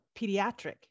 pediatric